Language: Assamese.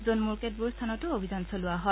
জম্মুৰ কেতবোৰ স্থানতো অভিযান চলোৱা হয়